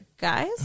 guys